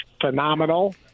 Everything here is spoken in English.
phenomenal